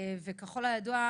ככל הידוע,